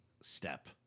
step